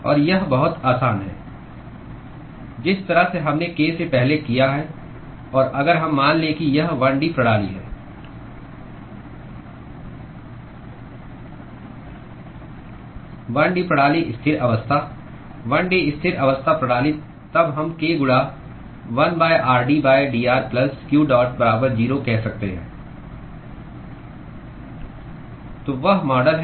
और यह बहुत आसान है जिस तरह से हमने k से पहले किया है और अगर हम मान लें कि यह 1 D प्रणाली है 1 D प्रणाली स्थिर अवस्था 1 D स्थिर अवस्था प्रणाली तब हम k गुणा 1 r d dr plus q dot बराबर 0 कह सकते हैं तो वह मॉडल है